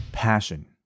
passion